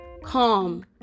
calm